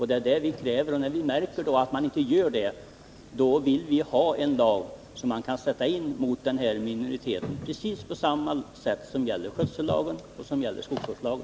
Det är det vi kräver, och när vi märker att man inte gör det, vill vi ha en lag som man kan sätta in mot den här minoriteten, precis på samma sätt som anges i skötsellagen och i skogsvårdslagen.